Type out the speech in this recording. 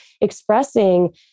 expressing